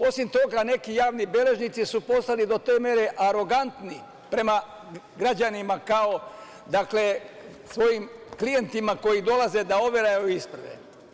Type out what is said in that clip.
Osim toga, neki javni beležnici su postali do te mere arogantni prema građanima, kao svojim klijentima koji dolaze da overavaju isprave.